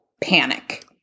panic